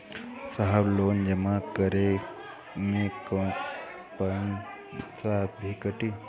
साहब लोन जमा करें में कुछ पैसा भी कटी?